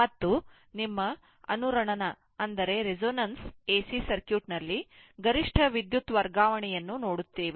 ಮತ್ತು ನಿಮ್ಮ ಅನುರಣನ ಎಸಿ ಸರ್ಕ್ಯೂಟ್ನಲ್ಲಿ ಗರಿಷ್ಠ ವಿದ್ಯುತ್ ವರ್ಗಾವಣೆ ಅನ್ನು ನೋಡುತ್ತೇವೆ